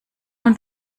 und